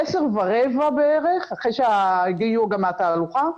בעשר ורבע בערך, אחרי שהגיעו גם מהתהלוכה,